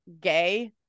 gay